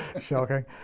shocking